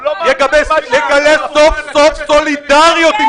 --- יגלה סוף-סוף סולידריות עם